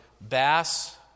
bass